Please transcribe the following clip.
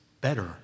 better